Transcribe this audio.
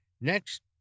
Next